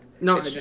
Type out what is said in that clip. no